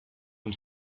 und